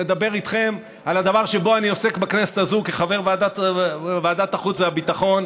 לדבר איתכם על הדבר שבו אני עוסק בכנסת הזאת כחבר ועדת החוץ והביטחון,